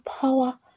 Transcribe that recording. power